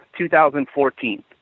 2014